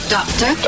Doctor